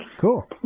Cool